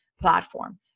platform